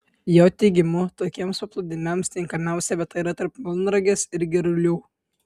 jo teigimu tokiems paplūdimiams tinkamiausia vieta yra tarp melnragės ir girulių